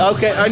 Okay